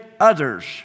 others